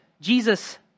Jesus